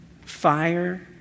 fire